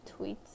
tweets